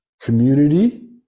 community